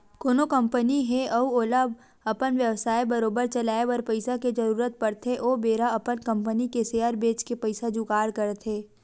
कोनो कंपनी हे अउ ओला अपन बेवसाय बरोबर चलाए बर पइसा के जरुरत पड़थे ओ बेरा अपन कंपनी के सेयर बेंच के पइसा जुगाड़ करथे